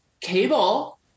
cable